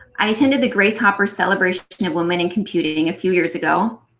i attended the grace hopper celebration of women in computing a few years ago,